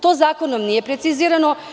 To zakonom nije precizirano.